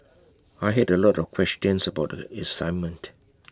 I had A lot of questions about the assignment